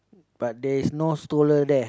but there's is no stoler there